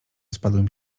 spadłym